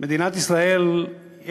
לבנות את החיים